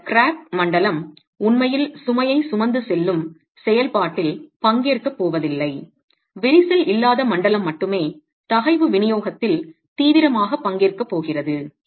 இந்த கிராக் மண்டலம் உண்மையில் சுமையை சுமந்து செல்லும் செயல்பாட்டில் பங்கேற்கப் போவதில்லை விரிசல் இல்லாத மண்டலம் மட்டுமே தகைவு விநியோகத்தில் தீவிரமாக பங்கேற்கப் போகிறது